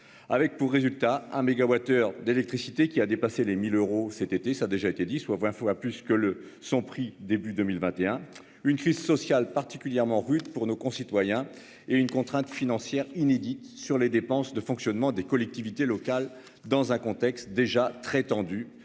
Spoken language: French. avec pour résultat un MWh d'électricité qui a dépassé les 1000 euros cet été, ça a déjà été dit, soit 20 fois plus que le son prix début 2021 une crise sociale particulièrement rude pour nos concitoyens et une contrainte financière inédit sur les dépenses de fonctionnement des collectivités locales dans un contexte déjà très tendu